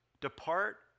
depart